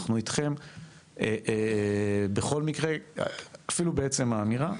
אנחנו אתכם בכל מקרה" אפילו בעצם האמירה.